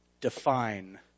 define